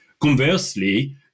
Conversely